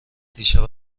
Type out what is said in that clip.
دیشب